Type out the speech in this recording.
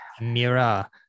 Mira